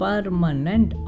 Permanent